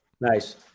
nice